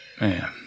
man